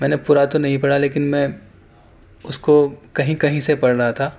میں نے پورا تو نہیں پڑھا لیکن میں اس کو کہیں کہیں سے پڑھ رہا تھا